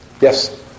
Yes